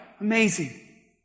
Amazing